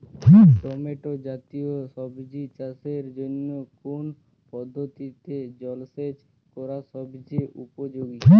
Tomato জাতীয় সবজি চাষের জন্য কোন পদ্ধতিতে জলসেচ করা সবচেয়ে উপযোগী?